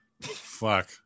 Fuck